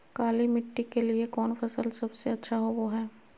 काली मिट्टी के लिए कौन फसल सब से अच्छा होबो हाय?